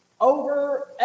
over